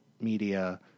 media